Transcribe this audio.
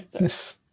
Yes